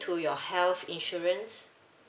to your health insurance